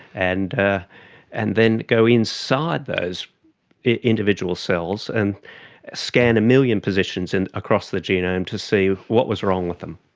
and ah and then go inside those individual cells and scan a million positions and across the genome to see what was wrong with them.